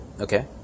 okay